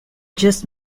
just